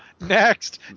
next